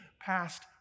past